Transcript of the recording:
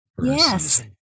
Yes